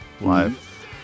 live